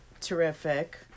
terrific